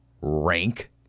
Rank